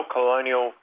Colonial